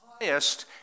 highest